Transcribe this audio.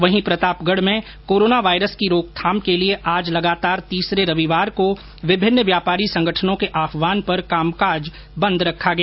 वहीं प्रतापगढ़ में corona virus की रोकथाम के लिए आज लगातार तीसरे रविवार को विभिन्न व्यापारी संगठनों के आहवान पर कामकाज रखा गया